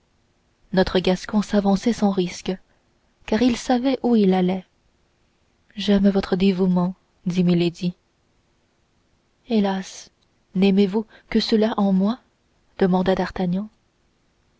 notre gascon s'avançait sans risque car il savait où il allait j'aime votre dévouement dit milady hélas n'aimez-vous que cela en moi demanda d'artagnan